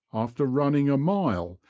after running a mile,